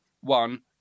one